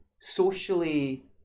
socially